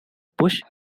push